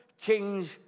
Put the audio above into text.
Change